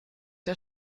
der